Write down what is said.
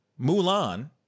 Mulan